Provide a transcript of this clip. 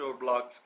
blocks